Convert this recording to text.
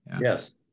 Yes